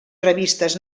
revistes